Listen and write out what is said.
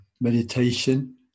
meditation